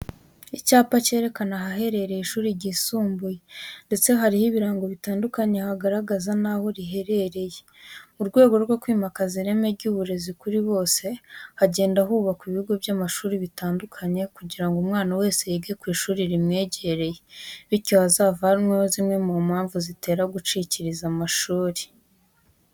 Icyapa kerekana ahaherereye ishuri ryisumbuye ndetse hariho ibirango bitandukanye hagaragaza n'aho riherereye. Mu rwego rwo kwimakaza ireme ry'uburezi kuri bose hagenda hubakwa ibigo by'amashuri bitandukanye kugira ngo umwana wese yige ku ishuri rimwegereye, bityo havanweho zimwe mu mpamvu zitera gucikiriza amashuri.